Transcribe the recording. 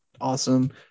awesome